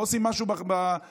לא עושים משהו במחשכים.